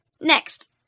Next